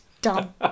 Done